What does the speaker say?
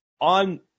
on